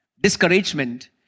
Discouragement